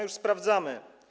Już sprawdzamy.